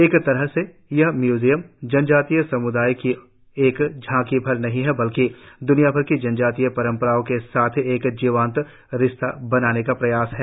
एक तरह से यह म्यूमियम जनजातीय सम्दायों की एक झाकी भर नहीं है बल्कि द्नियाभर की जनजातीय परंपराओं के साथ एक जीवंत रिश्ता बनाने का प्रयास है